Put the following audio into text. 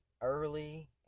early